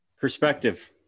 perspective